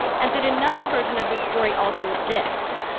and that another version of this story also exists.